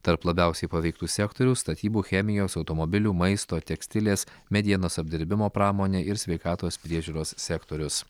tarp labiausiai paveiktų sektorių statybų chemijos automobilių maisto tekstilės medienos apdirbimo pramonė ir sveikatos priežiūros sektorius